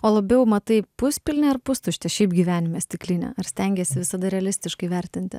o labiau matai puspilnę ar pustuštę šiaip gyvenime stiklinę ar stengiesi visada realistiškai vertinti